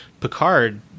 Picard